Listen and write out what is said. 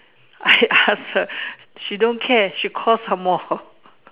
I ask her she don't care she call some more